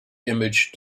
image